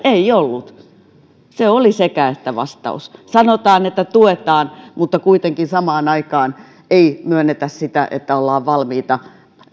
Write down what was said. ei ollut se oli sekä että vastaus sanotaan että tuetaan mutta kuitenkaan samaan aikaan ei myönnetä sitä että ollaan valmiita